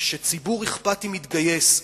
שכשציבור אכפתי מתגייס,